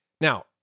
now